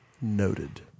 noted